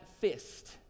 fist